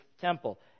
temple